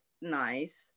nice